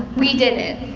we did it!